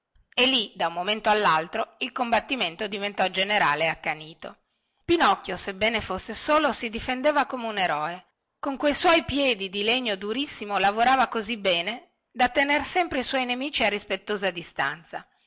e lì da un momento allaltro il combattimento diventò generale e accanito pinocchio sebbene fosse solo si difendeva come un eroe con quei suoi piedi di legno durissimo lavorava così bene da tener sempre i suoi nemici a rispettosa distanza